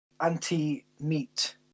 anti-meat